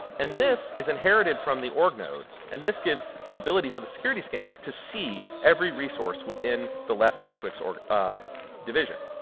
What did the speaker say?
and this is inherited from the org node and this gives the ability for the security scanner to see every resource within the left g-twix division.